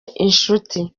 inshuti